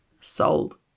Sold